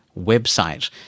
website